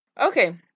okay